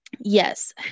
Yes